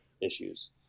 issues